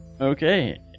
Okay